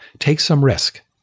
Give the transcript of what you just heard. take some risk.